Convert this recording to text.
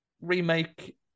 remake